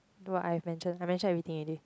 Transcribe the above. do I adventure I adventure everything already